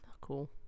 Cool